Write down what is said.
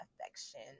affection